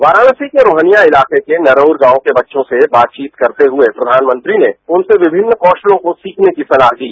वाराणसी के रोहनिया इलाके के नरज गांव के बच्चों से बातचीत करते हए प्रधान मंत्री ने उनसे विमिन्न कौसलों को सीखने की सलाह दी